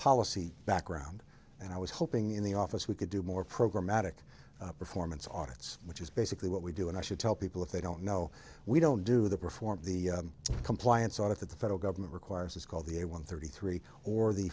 policy background and i was hoping in the office we could do more programatic performance arts which is basically what we do and i should tell people if they don't know we don't do the perform the compliance audit that the federal government requires is called the a one thirty three or the